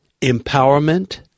empowerment